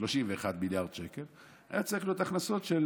31-30 מיליארד שקל, היו צריכות להיות הכנסות של